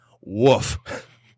woof